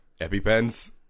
EpiPens